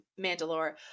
mandalore